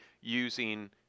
using